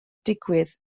digwydd